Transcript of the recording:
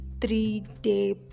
three-day